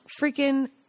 freaking